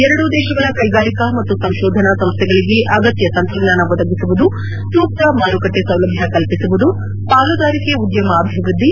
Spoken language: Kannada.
ಎರಡೂ ದೇಶಗಳ ಕೈಗಾರಿಕಾ ಮತ್ತು ಸಂತೋಧನಾ ಸಂಸ್ಥೆಗಳಿಗೆ ಅಗತ್ಯ ತಂತ್ರಜ್ಞಾನ ಒದಗಿಸುವುದು ಸೂಕ್ತ ಮಾರುಕಟ್ಟೆ ಸೌಲಭ್ಞ ಕಲ್ಪಿಸುವುದು ಪಾಲುದಾರಿಕೆ ಉದ್ದಮ ಅಭಿವೃದ್ದಿ